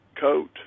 coat